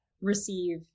receive